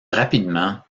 rapidement